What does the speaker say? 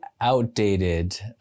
outdated